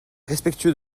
respectueux